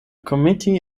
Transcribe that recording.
committee